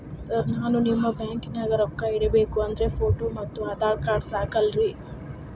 Sir ನಾನು ನಿಮ್ಮ ಬ್ಯಾಂಕನಾಗ ರೊಕ್ಕ ಇಡಬೇಕು ಅಂದ್ರೇ ಫೋಟೋ ಮತ್ತು ಆಧಾರ್ ಕಾರ್ಡ್ ಸಾಕ ಅಲ್ಲರೇ?